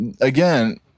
Again